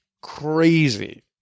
crazy